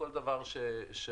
כל דבר שהוסכם,